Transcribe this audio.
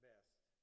best